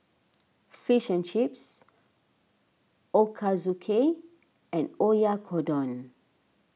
Fish and Chips Ochazuke and Oyakodon